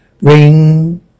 Ring